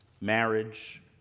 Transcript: marriage